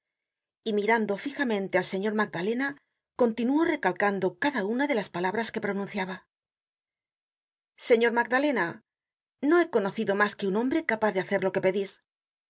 y mirando fijamente al señor magdalena continuó recalcando cada una de las palabras que pronunciaba señor magdalena no he conocido mas que un hombre capaz de hacer lo que pedis